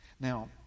Now